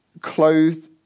clothed